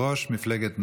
יושב-ראש מפלגת נעם.